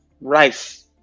rice